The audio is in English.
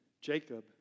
Jacob